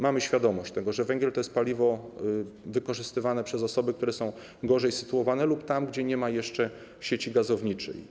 Mamy świadomość, że węgiel to paliwo wykorzystywane przez osoby, które są gorzej sytuowane, lub tam, gdzie nie ma jeszcze sieci gazowniczej.